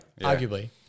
Arguably